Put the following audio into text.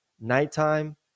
nighttime